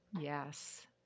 Yes